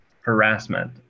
harassment